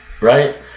right